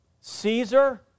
Caesar